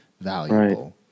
valuable